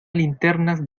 linternas